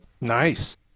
Nice